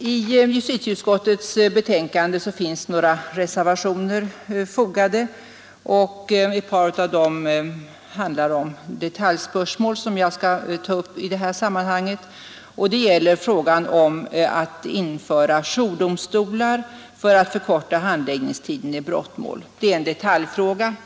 Vid justitieutskottets betänkande finns några reservationer fogade. Ett par av dem handlar om detaljspörsmål som jag skall ta upp i detta sammanhang. Det gäller frågan om att införa jourdomstolar för att förkorta handläggningstiden i brottmål. Detta är en detaljfråga.